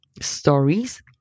stories